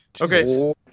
Okay